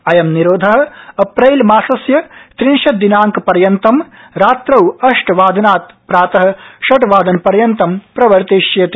अयं निरोध अप्रैल मासस्य त्रिशत् दिनांक पर्यन्तम् रात्रौ अष्टवादनात् प्रात षड्वादन पर्यन्तं प्रवर्तिष्यते